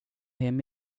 hem